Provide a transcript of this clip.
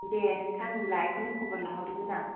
दे नोंथां होमब्ला बेखौनो खबर लाहरदोंमोन आं